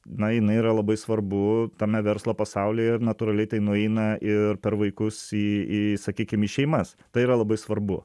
na jinai yra labai svarbu tame verslo pasauly ir natūraliai tai nueina ir per vaikus į į sakykim į šeimas tai yra labai svarbu